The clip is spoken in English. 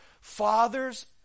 Fathers